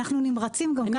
אנחנו נמרצים גם ככה.